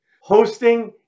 Hosting